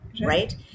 right